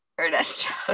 Ernesto